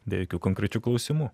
be jokių konkrečių klausimų